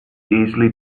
easily